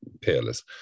peerless